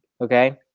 Okay